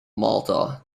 malta